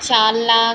चार लाख